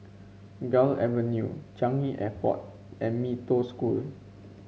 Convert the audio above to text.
Gul Avenue Changi Airport and Mee Toh School